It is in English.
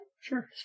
Sure